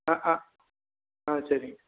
ஆ ஆ ஆ சரிங்க